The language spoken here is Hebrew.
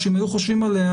שאם היו חושבים עליה,